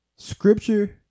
Scripture